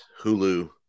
Hulu